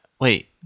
Wait